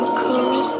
cool